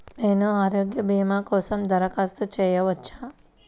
నేను ఆరోగ్య భీమా కోసం దరఖాస్తు చేయవచ్చా?